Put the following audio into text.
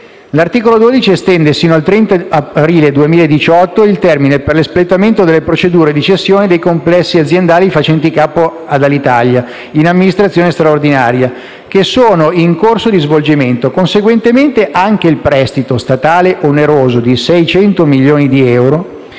«L'articolo 12 estende sino al 30 aprile 2018 il termine per l'espletamento delle procedure di cessione dei complessi aziendali facenti capo ad Alitalia in amministrazione straordinaria, che sono in corso di svolgimento. Conseguentemente anche il prestito statale oneroso di 600 milioni di euro,